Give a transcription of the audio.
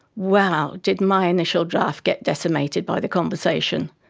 wow, did my initial draft get decimated by the conversation!